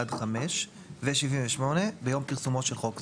עד (5), ו-78, ליום פרסומו של חוק זה.